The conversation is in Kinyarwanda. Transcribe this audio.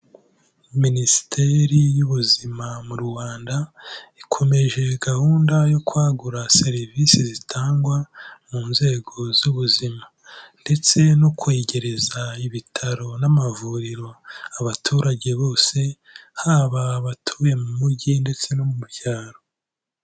Minisiteri y'ubuzima mu Rwanda, ikomeje gahunda yo kwagura serivisi zitangwa mu nzego z'ubuzima ndetse no kwegereza ibitaro n'amavuriro abaturage bose, haba abatuye mu mujyi ndetse no mu byaro.